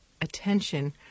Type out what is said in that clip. attention